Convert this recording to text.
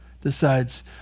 Decides